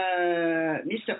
Mr